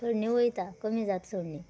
थंडी वयता कमी जात सगळी